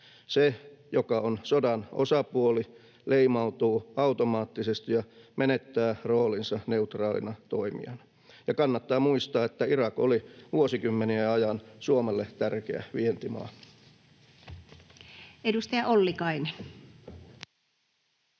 Se, joka on sodan osapuoli, leimautuu automaattisesti ja menettää roolinsa neutraalina toimijana. Ja kannattaa muistaa, että Irak oli vuosikymmenien ajan Suomelle tärkeä vientimaa.